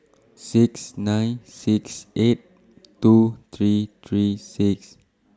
six nine six eight two three three six